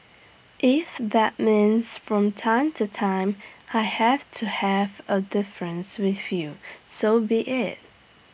if that means from time to time I have to have A difference with you so be IT